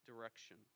direction